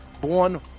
Born